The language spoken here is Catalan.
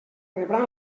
rebran